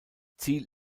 ziel